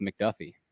McDuffie